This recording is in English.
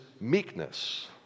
meekness